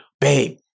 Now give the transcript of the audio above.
babe